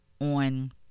on